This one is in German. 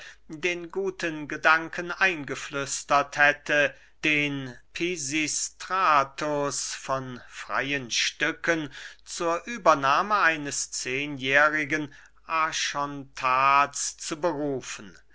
den guten gedanken eingeflüstert hätte den pisistratus von freyen stücken zur übernahme eines zehnjährigen archontals zu berufen